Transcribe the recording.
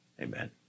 Amen